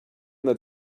that